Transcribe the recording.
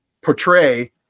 portray